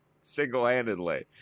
single-handedly